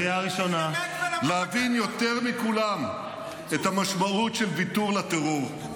להבין יותר מכולם את המשמעות של ויתור לטרור.